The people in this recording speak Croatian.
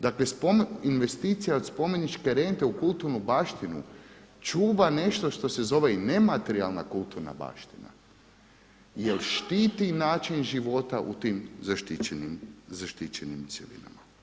Dakle investicija od spomeničke rente u kulturnu baštinu čuva nešto što se zove i nematerijalna kulturna baština jer štiti način života u tim zaštićenim cjelinama.